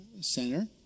center